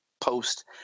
post